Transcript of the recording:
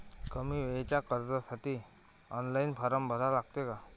कमी वेळेच्या कर्जासाठी ऑनलाईन फारम भरा लागते का?